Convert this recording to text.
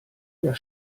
der